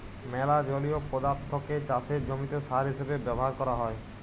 ম্যালা জলীয় পদাথ্থকে চাষের জমিতে সার হিসেবে ব্যাভার ক্যরা হ্যয়